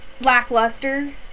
Lackluster